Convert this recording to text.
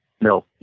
No